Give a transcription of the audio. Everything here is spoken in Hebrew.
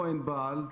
כמו ענבל,